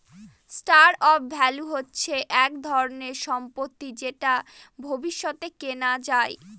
store of value হচ্ছে এক ধরনের সম্পত্তি যেটা ভবিষ্যতে কেনা যায়